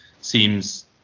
seems